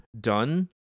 done